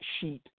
sheet